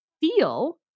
feel